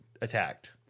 attacked